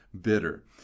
bitter